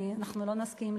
אנחנו לא נסכים.